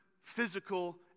physical